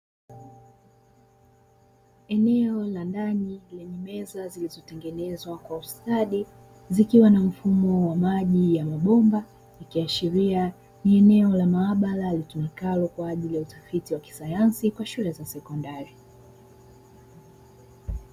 Eneo la ndani lenye meza zilizo tengenezwa kwa ustadi, zikiwa na mfumo wa maji wa mabomba ikiashiria ni eneo la mahabara litumikalo kwaajili ya utafiti wa kisanyansi kwa shule za sekondari.